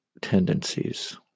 tendencies